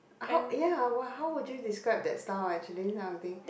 I hope ya how would you describe that style actually that kind of thing